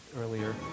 earlier